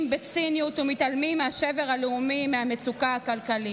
בציניות ומתעלמים מהשבר הלאומי ומהמצוקה הכלכלית?